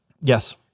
Yes